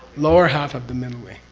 lower half of the middle way,